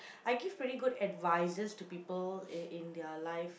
I give pretty good advices to people in in their life